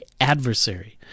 adversary